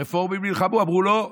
הרפורמים נלחמו, אמרו: לא,